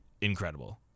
incredible